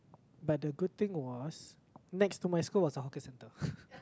but the good thing was next to my school was a hawker center